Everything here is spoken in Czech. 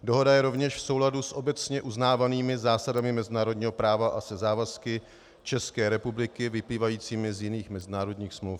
Dohoda je rovněž v souladu s obecně uznávanými zásadami mezinárodního práva a se závazky České republiky vyplývajícími z jiných mezinárodních smluv.